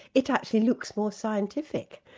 it actually looks more scientific.